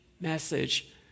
message